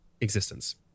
existence